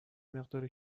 مقدار